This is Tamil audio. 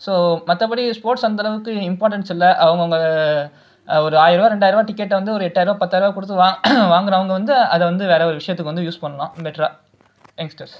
ஸோ மற்றபடி ஸ்போர்ட்ஸ் அந்த அளவுக்கு இம்பார்ட்டன்ஸ் இல்லை அவங்க அவங்க ஒரு ஆயரூபா ரெண்டாயரம் ரூபா டிக்கெட்ட வந்து ஒரு எட்டாயரம் ரூபாய் பத்தாயரம் ரூபாய் கொடுத்து வாங் வாங்குகிறவங்க வந்து அதை வந்து வேற ஒரு விஷயத்துக்கு வந்து யூஸ் பண்ணலாம் பெட்ரா யங்ஸ்டர்ஸ்